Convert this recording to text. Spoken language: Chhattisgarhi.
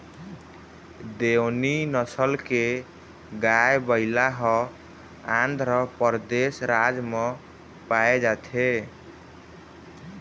देओनी नसल के गाय, बइला ह आंध्रपरदेस राज म पाए जाथे